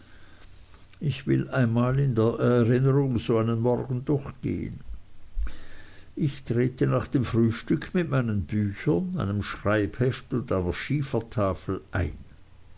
ich will einmal in der erinnerung so einen morgen durchgehen ich trete nach dem frühstück mit meinen büchern einem schreibheft und einer schiefertafel ein